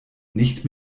nicht